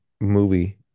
movie